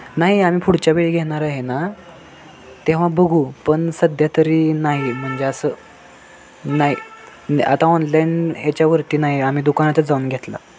नाही आम्ही पुढच्या वेळी घेणार आहे ना तेव्हा बघू पण सध्या तरी नाही म्हणजे असं नाही आता ऑनलाईन ह्याच्यावरती नाही आम्ही दुकानातच जाऊन घेतलं